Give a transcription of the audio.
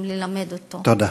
תודה.